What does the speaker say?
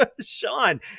Sean